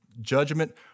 judgment